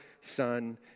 Son